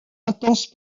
intense